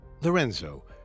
Lorenzo